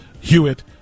Hewitt